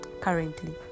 currently